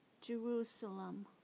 Jerusalem